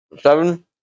seven